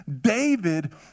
David